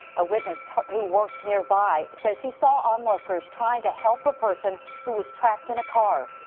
a witness who works nearby says he saw onlookers trying to help a person who was trapped in a car.